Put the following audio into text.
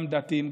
גם דתיים,